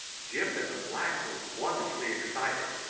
gyp and the black were wonderfully excited,